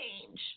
change